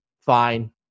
fine